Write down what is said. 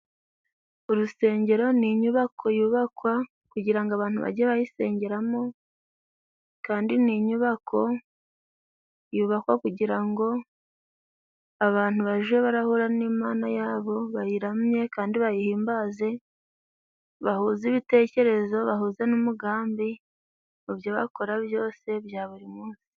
Urusengero ni inyubako yubakwa kugira ngo abantu bajye bayisengeramo, kandi ni inyubako yubakwa kugira ngo abantu baje barahura n'Imana yabo, bayiramye kandi bayihimbaze, bahuze ibitekerezo, bahuze n'umugambi, mu byo bakora byose bya buri munsi.